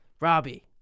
Robbie